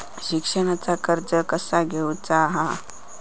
शिक्षणाचा कर्ज कसा घेऊचा हा?